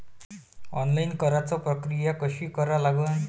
Online कराच प्रक्रिया कशी करा लागन?